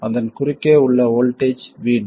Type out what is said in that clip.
அதன் குறுக்கே உள்ள வோல்ட்டேஜ் VD